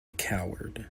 coward